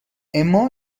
اِما